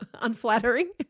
unflattering